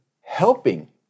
helping